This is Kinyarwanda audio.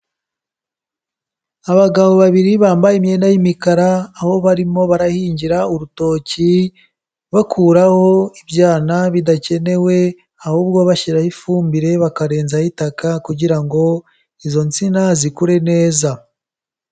Abagabo babiri bambaye imyenda y'imikara, aho barimo barahingira urutoki, bakuraho ibyana bidakenewe ahubwo bashyiraho ifumbire bakarenza aho itaka kugira ngo izo nsina zikure neza.